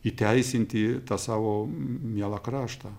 įteisinti tą savo mielą kraštą